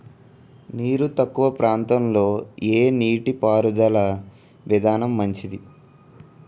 నీరు తక్కువ ప్రాంతంలో ఏ నీటిపారుదల విధానం మంచిది?